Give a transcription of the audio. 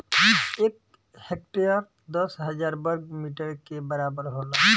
एक हेक्टेयर दस हजार वर्ग मीटर के बराबर होला